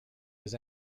his